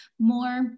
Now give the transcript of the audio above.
more